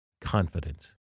confidence